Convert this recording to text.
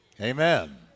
Amen